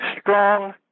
strong